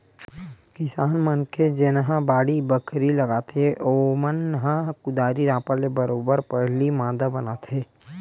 किसान मनखे मन जेनहा बाड़ी बखरी लगाथे ओमन ह कुदारी रापा ले बरोबर पहिली मांदा बनाथे